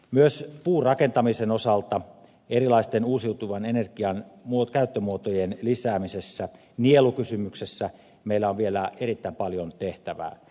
myös puurakentamisen osalta erilaisten uusiutuvan energian käyttömuotojen lisäämisessä nielukysymyksessä meillä on vielä erittäin paljon tehtävää